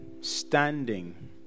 standing